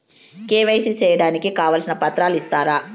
KYC సేయడానికి కావాల్సిన పత్రాలు ఇస్తారా?